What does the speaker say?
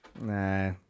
Nah